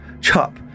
chop